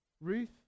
Ruth